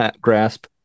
grasp